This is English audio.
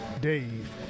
Dave